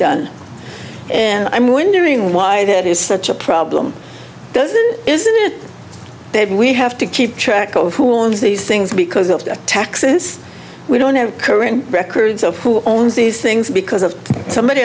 done and i'm wondering why that is such a problem doesn't isn't it dave we have to keep track of who owns these things because of taxes we don't careen records of who owns these things because of somebody